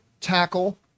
tackle